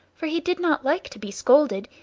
for he did not like to be scolded,